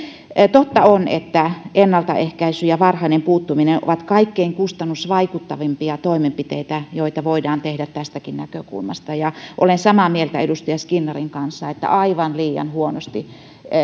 totta on että ennaltaehkäisy ja varhainen puuttuminen ovat kaikkein kustannusvaikuttavimpia toimenpiteitä joita voidaan tehdä tästäkin näkökulmasta olen samaa mieltä edustaja skinnarin kanssa että aivan liian huonosti